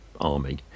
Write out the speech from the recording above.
army